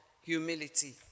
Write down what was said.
humility